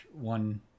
one